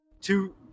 two